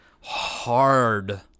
hard